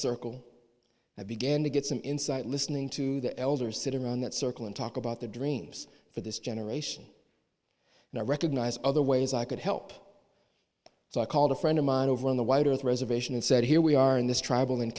circle i began to get some insight listening to the elders sitting around that circle and talk about their dreams for this generation and i recognized other ways i could help so i called a friend of mine over on the wider earth reservation and said here we are in this tr